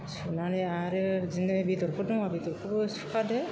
सुनानै आरो बिदिनो बेदरफोर दंब्ला बेदरखौबो सुफादो